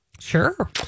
Sure